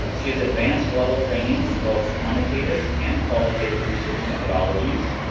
she has advanced level training in both quantitative and qualitative research methodologies.